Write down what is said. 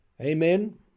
Amen